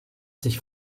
sich